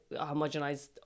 homogenized